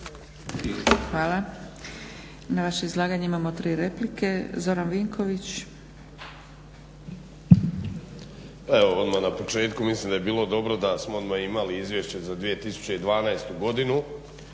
Hvala. Na vaše izlaganje imamo 3 replike. Zoran Vinković. **Vinković, Zoran (HDSSB)** Pa evo odmah na početku mislim da bi bilo dobro da smo odmah imali izvješće za 2012. godinu.